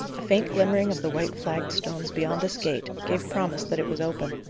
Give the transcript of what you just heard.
a faint glimmering of the white flagged stones beyond this gate, gave promise that it was open.